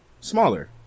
smaller